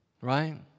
Right